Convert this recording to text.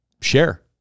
share